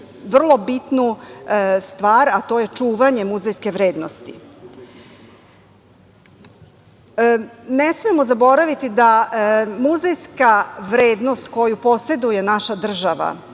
vrlo bitnu stvar, a to je čuvanje muzejske vrednosti. Ne smemo zaboraviti da muzejska vrednost koju poseduje naša država